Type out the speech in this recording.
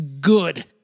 good